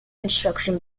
construction